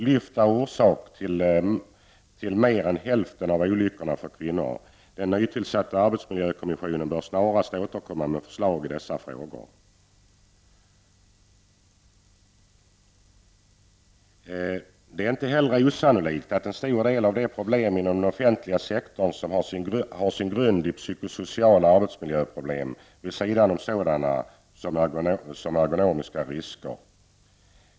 Lyften är orsak till mer än hälften av olyckorna bland kvinnor. Den nytillsatta arbetsmiljökommissionen bör snarast återkomma med förslag i dessa frågor. Det är inte heller osannolikt att en stor del av problemen inom den offentliga sektorn har sin grund i psykosociala arbetsmiljöproblem vid sidan av ergonomiska risker.